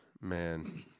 man